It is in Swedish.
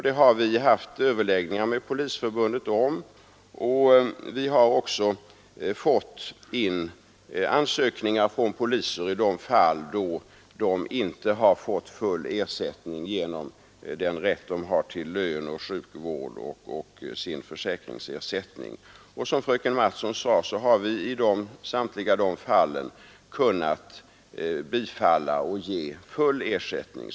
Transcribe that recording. Det har vi haft överläggningar med Polisförbundet om, och vi har också fått in ansökningar från poliser i de fall då de inte har fått full ersättning genom den rätt de har till lön och sjukvård eller genom försäkringar. Som fröken Mattson sade, har vi kunnat bifalla framställningarna i samtliga dessa fall och ge full ersättning.